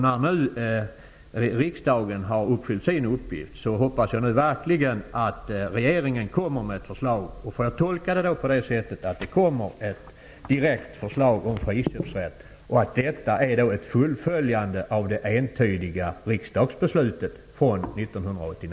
När riksdagen har fullgjort sin uppgift hoppas jag verkligen att regeringen nu kommer med ett förslag. Får jag tolka svaret så att det kommer ett direkt förslag om friköpsrätt och att detta är ett fullföljande av det entydiga riksdagsbeslutet från